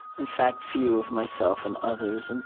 in fact, view of myself and others? and